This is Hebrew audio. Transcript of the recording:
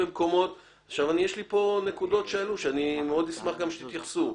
יש לי כאן נקודות שעלו ואני מאחד אשמח שתתייחסו אליהן.